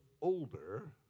older